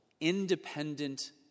independent